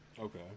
Okay